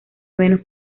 menos